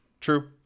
True